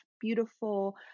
beautiful